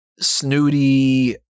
snooty